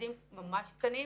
ילדים ממש קטנים,